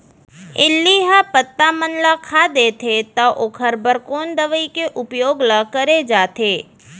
इल्ली ह पत्ता मन ला खाता देथे त ओखर बर कोन दवई के उपयोग ल करे जाथे?